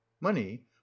money